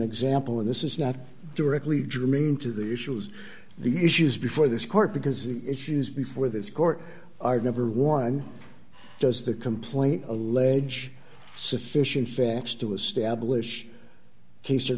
example and this is not directly germane to the issues the issues before this court because the issues before this court are number one does the complaint allege sufficient